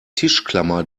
tischklammer